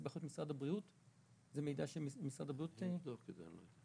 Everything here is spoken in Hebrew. יהודה, לא הבנתי.